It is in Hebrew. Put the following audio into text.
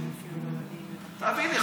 אבל הינה,